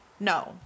No